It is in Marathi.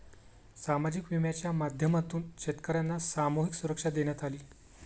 सामाजिक विम्याच्या माध्यमातून शेतकर्यांना सामूहिक सुरक्षा देण्यात आली